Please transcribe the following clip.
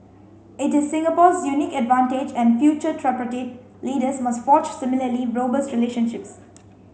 it is Singapore's unique advantage and future leaders must forge similarly robust relationships